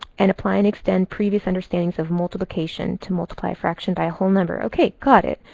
and apply and extend previous understandings of multiplication to multiply a fraction by a whole number. ok. got it.